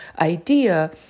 idea